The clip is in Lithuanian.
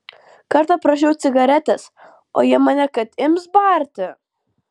kartą prašiau cigaretės o jie mane kad ims barti